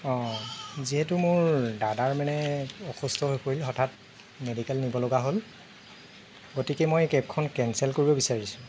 অঁ যিহেতু মোৰ দাদাৰ মানে অসুস্থ হৈ পৰিল হঠাৎ মেডিকেল নিবলগা হ'ল গতিকে মই এই কেবখন কেনচেল কৰিব বিচাৰিছোঁ